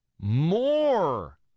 more